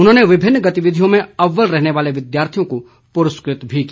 उन्होंने विभिन्न गतिविधियों में अव्वल रहने वाले विद्यार्थियों को पुरस्कृत भी किया